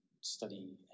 study